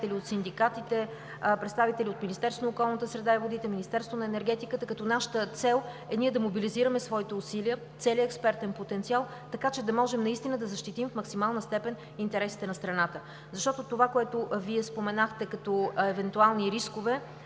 от синдикатите, представители от Министерството на околната среда и водите, от Министерството на енергетиката, като нашата цел е ние да мобилизираме своите усилия, целия експертен потенциал, така че да може наистина да защитим в максимална степен интересите на страната. Защото това, което Вие споменахте като евентуални рискове,